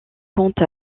compte